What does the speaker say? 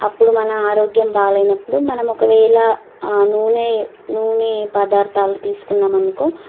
అప్పుడు మన ఆరోగ్యం బాగాలేనప్పుడు మనం ఒకవేళ ఆ నూనె నూనె పదార్థాలు తీసుకున్నాం అనుకో